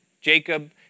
Jacob